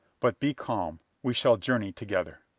but be calm. we shall journey together.